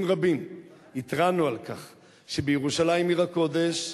רבים התרענו על כך שבירושלים עיר הקודש,